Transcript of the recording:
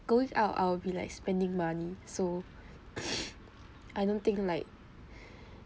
going out I'll be like spending money so I don't think like